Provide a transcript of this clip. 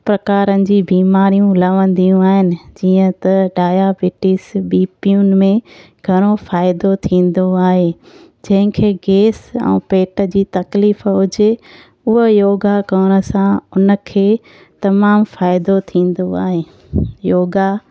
प्रकारनि जी बीमारियूं लवंदियूं आहिनि जीअं त डायाबिटीज़ बीपियुनि में घणो फ़ाइदो थींदो आहे जंहिंखे गैस ऐं पेट जी तकलीफ़ हुजे उहो योगा करण सां उनखे तमामु फ़ाइदो थींदो आहे योगा